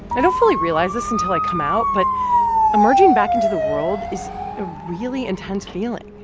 i don't fully realize this until i come out, but emerging back into the world is a really intense feeling.